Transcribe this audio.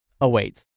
awaits